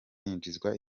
yinjizwa